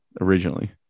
originally